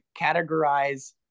categorize